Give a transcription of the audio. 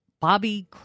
Bobby